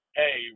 hey